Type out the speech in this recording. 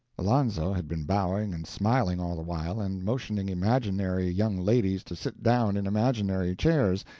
alonzo had been bowing and smiling all the while, and motioning imaginary young ladies to sit down in imaginary chairs,